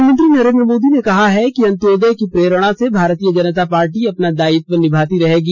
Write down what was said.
प्रधानमंत्री नरेन्द्र मोदी ने कहा है कि अंत्योदय की प्रेरणा से भारतीय जनता पार्टी अपना दायित्व निभाती रहेगी